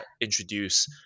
introduce